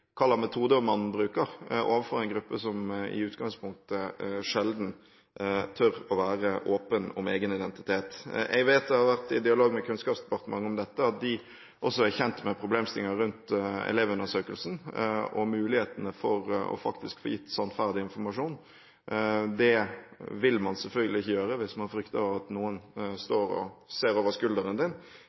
overfor en gruppe som i utgangspunktet sjelden tør å være åpen om egen identitet. Jeg vet det har vært dialog med Kunnskapsdepartementet, at de også er kjent med problemstillinger rundt elevundersøkelsen og mulighetene for faktisk å få gitt sannferdig informasjon. Det vil man selvfølgelig ikke gjøre hvis man frykter at noen står og ser over